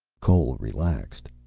cole relaxed.